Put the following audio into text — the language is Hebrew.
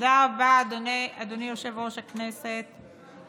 תודה רבה, אדוני יושב-ראש הישיבה.